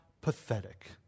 pathetic